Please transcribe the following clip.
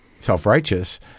self-righteous